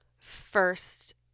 first